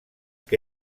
que